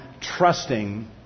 trusting